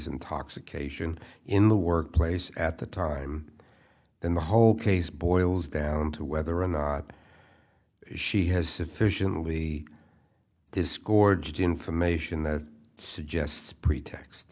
intoxication in the workplace at the time then the whole case boils down to whether or not she has sufficiently discords information that suggests pretext